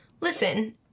listen